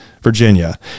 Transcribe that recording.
Virginia